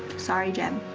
sorry, gem.